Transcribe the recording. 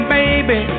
baby